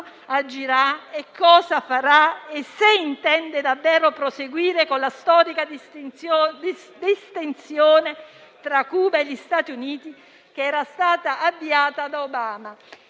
agirà e cosa farà e se intende davvero proseguire con la storica distensione tra Cuba e gli Stati Uniti che era stata avviata da Obama.